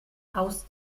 aus